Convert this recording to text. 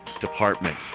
department